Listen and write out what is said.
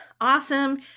Awesome